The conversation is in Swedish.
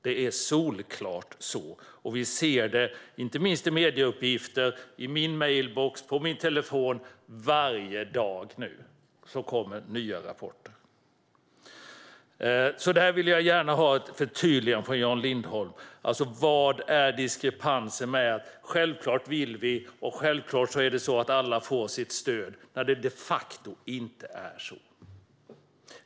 Det är solklart. Vi ser det i medierna, och jag ser det i min mejlbox och telefon. Varje dag kommer nya rapporter. Jag vill gärna ha ett förtydligande av Jan Lindholm: Varför är det en diskrepans mellan ert "självklart vill vi, och självklart får alla sitt stöd" och det faktum att det inte är så?